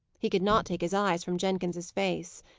he could not take his eyes from jenkins's face.